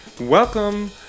Welcome